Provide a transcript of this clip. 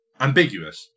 Ambiguous